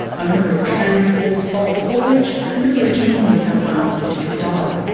owner of transforce bulk haulage in the regional new south wales city of dubbo.